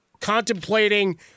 contemplating